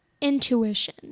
intuition